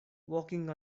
walking